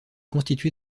constitué